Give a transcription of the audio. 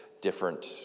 different